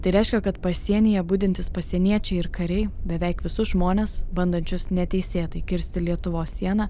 tai reiškia kad pasienyje budintys pasieniečiai ir kariai beveik visus žmones bandančius neteisėtai kirsti lietuvos sieną